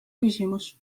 küsimus